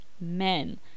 men